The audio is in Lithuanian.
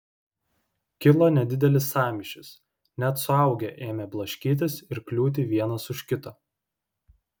kilo nedidelis sąmyšis net suaugę ėmė blaškytis ir kliūti vienas už kito